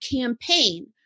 campaign